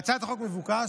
בהצעת החוק מבוקש